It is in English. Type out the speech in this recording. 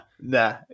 nah